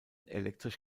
elektrisch